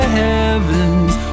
heavens